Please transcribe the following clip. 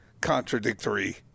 contradictory